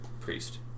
priest